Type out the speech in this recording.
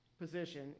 position